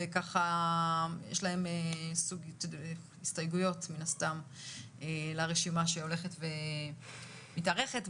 ויש להם הסתייגויות מן הרשימה שהולכת ומתארכת.